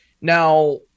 Now